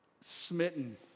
smitten